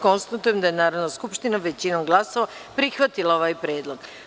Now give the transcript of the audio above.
Konstatujem da je Narodna skupština većinom glasova prihvatila ovaj predlog.